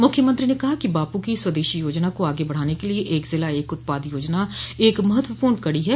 मुख्यमंत्री ने कहा कि बापू की स्वदेशी योजना को आगे बढ़ाने के लिए एक जिला एक उत्पाद योजना एक महत्वपूर्ण कड़ी है